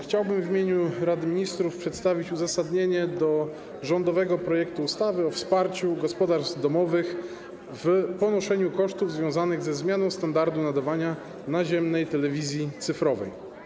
Chciałbym w imieniu Rady Ministrów przedstawić uzasadnienie odnośnie do rządowego projektu ustawy o wsparciu gospodarstw domowych w ponoszeniu kosztów związanych ze zmianą standardu nadawania naziemnej telewizji cyfrowej.